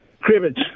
Cribbage